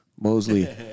Mosley